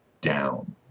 down